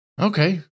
Okay